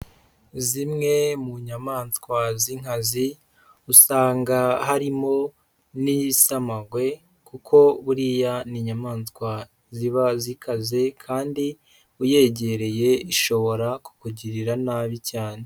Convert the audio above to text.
Zimwe mu nyamanswa z'inkazi, usanga harimo n'ibisamagwe kuko buriya ni inyamanswa ziba zikaze, kandi uyegereye ishobora kukugirira nabi cyane.